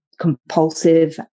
compulsive